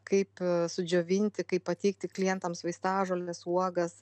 kaip sudžiovinti kaip pateikti klientams vaistažoles uogas